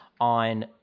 on